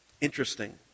Interesting